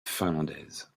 finlandaise